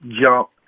jump